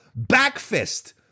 backfist